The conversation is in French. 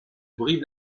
brive